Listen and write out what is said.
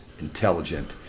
intelligent